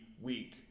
week